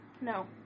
No